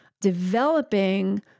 developing